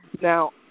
Now